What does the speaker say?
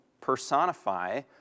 personify